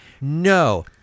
No